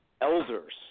elders